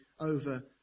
over